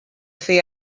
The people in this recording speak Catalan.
fer